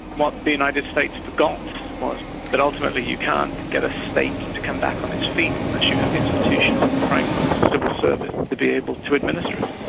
what the united states forgot was that ultimately you can't get a state to come back on its feet unless but you have the institutions and the frameworks, the civil service to be able to administer it.